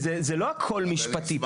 שזה לא הכל משפטי פה.